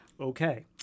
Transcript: Okay